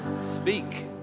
speak